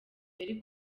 yari